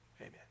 Amen